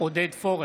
עודד פורר,